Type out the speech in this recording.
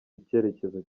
icyerekezo